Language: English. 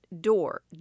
door